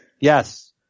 Yes